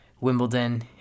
Wimbledon